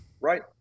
Right